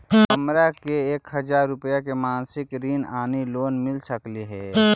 हमरा के एक हजार रुपया के मासिक ऋण यानी लोन मिल सकली हे?